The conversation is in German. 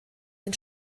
den